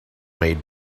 made